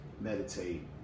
meditate